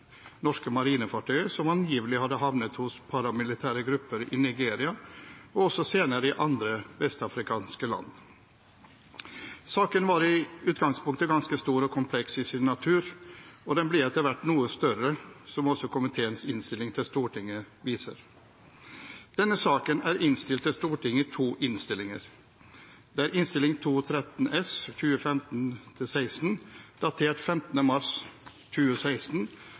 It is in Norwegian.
norske marinefartøyer som angivelig hadde havnet hos paramilitære grupper i Nigeria, og også senere i andre vestafrikanske land. Saken var i utgangspunktet ganske stor og kompleks i sin natur, og den ble etter hvert noe større, som også komiteens innstilling til Stortinget viser. Denne saken er innstilt til Stortinget i to innstillinger. Det er Innst. 213 S for 2015–2016, datert 15. mars 2016,